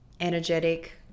Energetic